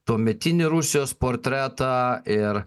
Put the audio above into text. tuometinį rusijos portretą ir